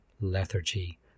Lethargy